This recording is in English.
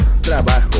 trabajo